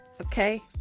okay